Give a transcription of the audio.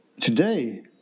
today